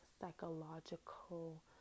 psychological